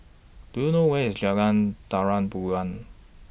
Do YOU know Where IS Jalan Terang Bulan